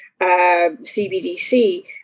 cbdc